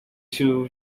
się